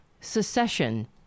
secession